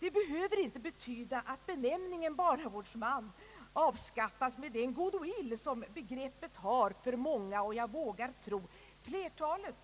behöver inte betyda att benämningen barnavårdsman avskaffas med den goodwill som begreppet har för många och jag vågar tro flertalet